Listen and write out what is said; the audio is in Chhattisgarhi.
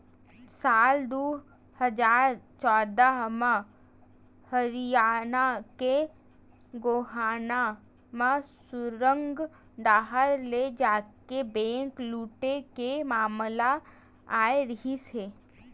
साल दू हजार चौदह म हरियाना के गोहाना म सुरंग डाहर ले जाके बेंक लूटे के मामला आए रिहिस हे